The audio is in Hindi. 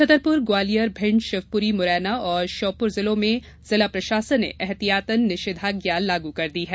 छतरपुर ग्वालियर मिंड शिवपुरी मुरैना और श्योपुर जिलों में जिला प्रशासन ने ऐहतियातन निषेधाज्ञा लागू कर दी है